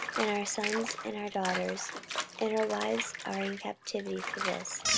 and our sons and our daughters and our wives are in captivity for this.